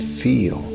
feel